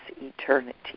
eternity